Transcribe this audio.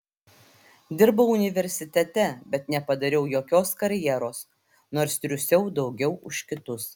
dirbau universitete bet nepadariau jokios karjeros nors triūsiau daugiau už kitus